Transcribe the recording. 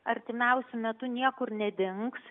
artimiausiu metu niekur nedings